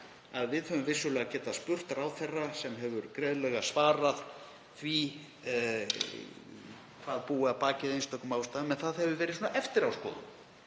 að við höfum vissulega getað spurt ráðherra, sem hefur greinilega svarað því, hvað búi að baki einstökum ástæðum en það hefur verið svona eftir á skoðun.